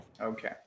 Okay